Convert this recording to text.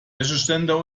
wäscheständer